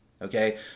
Okay